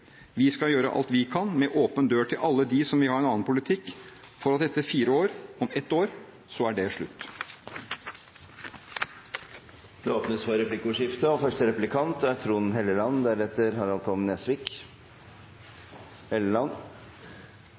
Vi skal gjøre alt vi kan – med åpen dør til alle de som vil ha en annen politikk – for at etter fire år, om ett år, er det slutt. Det blir replikkordskifte. Jeg må si jeg likte godt innledningen på Jonas Gahr Støres innlegg, der han beskrev hvilket fantastisk land Norge er